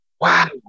wow